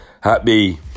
Happy